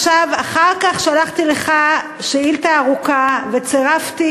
אחר כך שלחתי לך שאילתה ארוכה וצירפתי